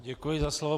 Děkuji za slovo.